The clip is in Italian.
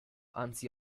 anzi